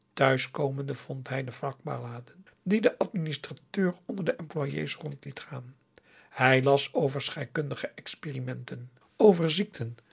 daarover thuiskomende vond hij de vakbladen die de administrateur onder de employés rond liet gaan hij las over scheikundige